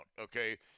okay